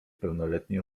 pełnoletni